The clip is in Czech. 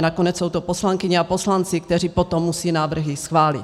Nakonec jsou to poslankyně a poslanci, kteří potom musejí návrhy schválit.